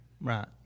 Right